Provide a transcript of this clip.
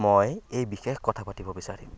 মই এই বিষয়ে কথা পাতিব বিচাৰিম